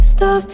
Stop